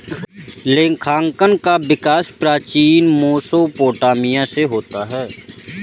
लेखांकन का विकास प्राचीन मेसोपोटामिया से होता है